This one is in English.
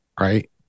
right